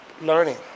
learning